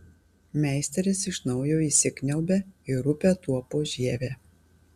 meisteris iš naujo įsikniaubia į rupią tuopos žievę